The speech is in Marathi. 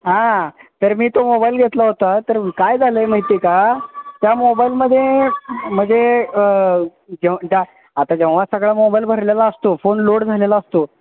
हां तर मी तो मोबाईल घेतला होता तर काय झालं आहे माहिती आहे का त्या मोबाईलमध्ये म्हणजे जेव आता जेव्हा सगळा मोबाईल भरलेला असतो फोन लोड झालेला असतो